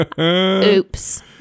Oops